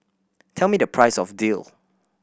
tell me the price of daal